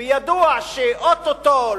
וידוע שאו-טו-טו,